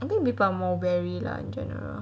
I think people are more wary lah in general